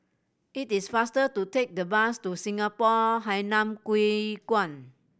it is faster to take the bus to Singapore Hainan Hwee Kuan